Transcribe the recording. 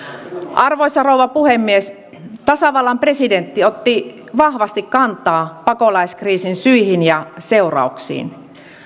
arvoisa rouva puhemies tasavallan presidentti otti vahvasti kantaa pakolaiskriisin syihin ja seurauksiin